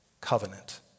covenant